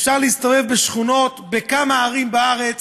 אפשר להסתובב בשכונות בכמה ערים בארץ,